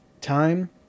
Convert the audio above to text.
time